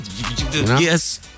yes